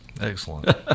Excellent